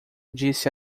disse